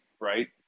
right